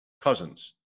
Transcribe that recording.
Cousins